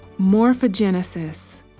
Morphogenesis